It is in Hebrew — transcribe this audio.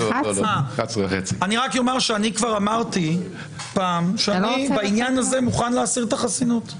כבר אמרתי פעם שבעניין הזה אני מוכן להסיר את החסינות.